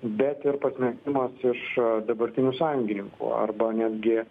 bet ir pasmerkimas iš dabartinių sąjungininkų arba netgi